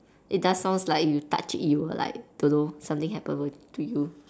it does sound like you touch it you will like don't know something happen to you